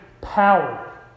Power